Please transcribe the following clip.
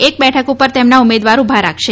એક બેઠક પર તેમના ઉમેદવારો ઉભા રાખશે